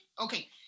Okay